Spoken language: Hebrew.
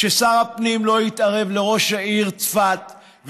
ששר הפנים לא יתערב לראש העיר צפת,